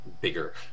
bigger